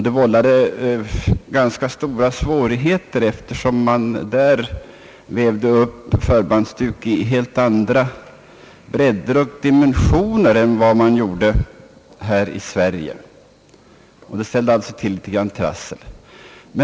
Det vållade ganska stora svårigheter, eftersom man där vävde upp förbandsduk i helt andra dimensioner än vad man gjorde här i Sverige.